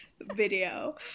video